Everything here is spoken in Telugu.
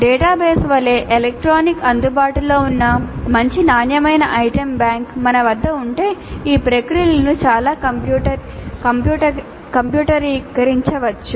డేటాబేస్ వలె ఎలక్ట్రానిక్ అందుబాటులో ఉన్న మంచి నాణ్యమైన ఐటమ్ బ్యాంక్ మన వద్ద ఉంటే ఈ ప్రక్రియలను చాలా కంప్యూటరీకరించవచ్చు